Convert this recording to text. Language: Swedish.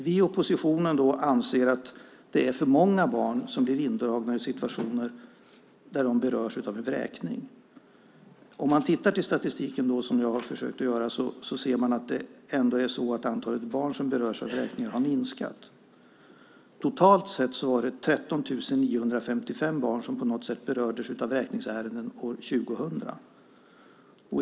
Vi i oppositionen anser att det är för många barn som blir indragna i situationer där de berörs av vräkning. Om man tittar på statistiken, som jag har försökt att göra, ser man att det ändå är så att antalet barn som berörs av vräkningar har minskat. Totalt var det 13 955 barn som på något sätt berördes av vräkningsärenden 2000.